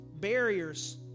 barriers